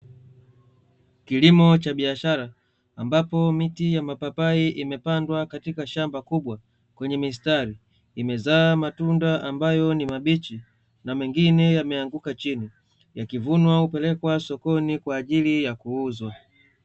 Kilimo cha biashara, ambapo miti ya mapapai imepandwa katika shamba kubwa kwenye mistari. Imezaa matunda ambayo ni mabichi, na mengine yameanguka chini. Yakivunwa hupelekwa sokoni kwa ajili ya kuuzwa.